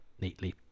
neatly